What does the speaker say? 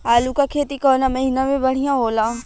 आलू क खेती कवने महीना में बढ़ियां होला?